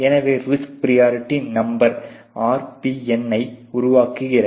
எனவே இது risk priority number RPN ஐ உருவாக்குகிறது